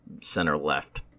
center-left